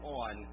on